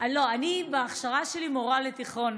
אני בהכשרה שלי מורה לתיכון,